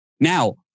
Now